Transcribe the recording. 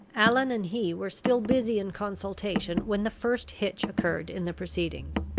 allan and he were still busy in consultation when the first hitch occurred in the proceedings.